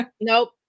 Nope